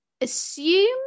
assume